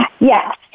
Yes